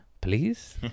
Please